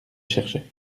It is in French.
cherchais